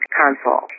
console